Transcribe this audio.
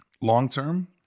Long-term